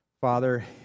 Father